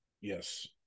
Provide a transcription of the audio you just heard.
Yes